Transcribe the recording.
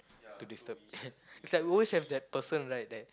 to disturb is like we always have that person right that